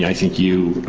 i think you,